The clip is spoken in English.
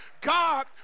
God